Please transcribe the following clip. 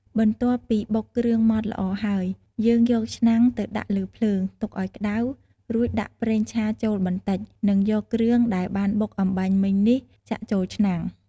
បន្ទាប់ពីបុកគ្រឿងម៉ដ្ឋល្អហើយ យើងយកឆ្នាំងទៅដាក់លើភ្លើង ទុកឱ្យក្ដៅ រួចដាក់ប្រេងឆាចូលបន្តិច និងយកគ្រឿងដែលបានបុកអំបាញ់មិញនេះចាក់ចូលឆ្នាំង។